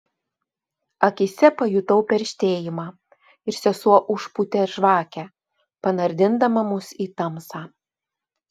akyse pajutau perštėjimą ir sesuo užpūtė žvakę panardindama mus į tamsą